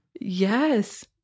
Yes